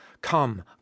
come